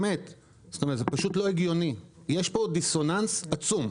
זה פשוט לא הגיוני, יש פה דיסוננס עצום.